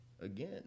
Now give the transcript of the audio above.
again